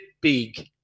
big